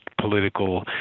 political